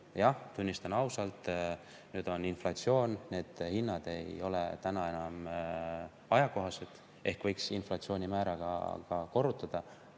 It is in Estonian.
Jah, tunnistan ausalt, nüüd on inflatsioon, need hinnad ei ole enam ajakohased, ehk võiks inflatsioonimääraga korrutada,